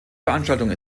veranstaltung